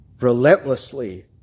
relentlessly